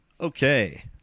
Okay